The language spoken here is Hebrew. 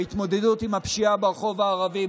את ההתמודדות עם הפשיעה ברחוב הערבי,